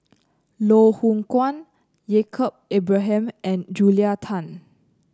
Loh Hoong Kwan Yaacob Ibrahim and Julia Tan